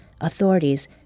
Authorities